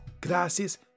Gracias